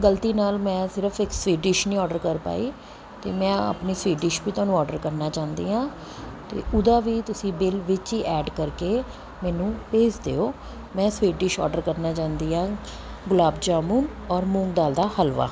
ਗਲਤੀ ਨਾਲ ਮੈਂ ਸਿਰਫ ਇੱਕ ਸਵੀਟ ਡਿਸ਼ ਨਹੀਂ ਔਡਰ ਕਰ ਪਾਈ ਅਤੇ ਮੈਂ ਆਪਣੀ ਸਵੀਟ ਡਿਸ਼ ਵੀ ਤੁਹਾਨੂੰ ਔਡਰ ਕਰਨਾ ਚਾਹੁੰਦੀ ਹਾਂ ਅਤੇ ਉਹਦਾ ਵੀ ਤੁਸੀਂ ਬਿੱਲ ਵਿੱਚ ਹੀ ਐਡ ਕਰਕੇ ਮੈਨੂੰ ਭੇਜ ਦਿਓ ਮੈਂ ਸਵੀਟ ਡਿਸ਼ ਔਡਰ ਕਰਨਾ ਚਾਹੁੰਦੀ ਹਾਂ ਗੁਲਾਬ ਜਾਮੁਨ ਔਰ ਮੂੰਗ ਦਾਲ ਦਾ ਹਲਵਾ